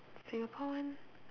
Singapore one